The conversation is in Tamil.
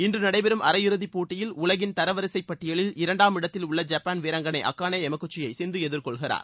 இன்று நடைபெறும் அரையிறுதிப்போட்டியில் உலகிள் தர வரிசைப் பட்டியலில் இரண்டாம் இடத்தில் உள்ள ஜப்பான் வீராங்கனை அகானே எமகுச்சியை சிந்து எதிர்கொள்கிறார்